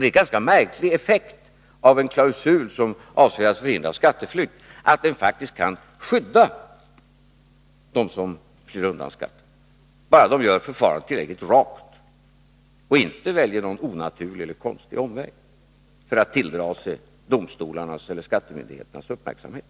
Det är en ganska märklig effekt att en klausul som avser att förhindra skatteflykt faktiskt kan skydda dem som flyr undan skatt, bara de gör förfarandet tillräckligt rakt och inte väljer någon onaturlig eller konstig omväg och på det sättet tilldrar sig skattemyndigheternas uppmärksamhet.